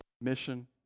Mission